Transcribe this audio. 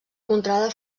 contrada